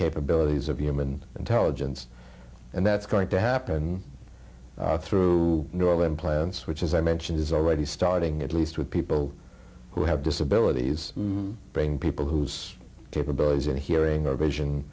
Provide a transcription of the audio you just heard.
capabilities of human intelligence and that's going to happen through neural implants which as i mentioned is already starting at least with people who have disabilities brain people who was capable as and hearing their vision